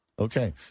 Okay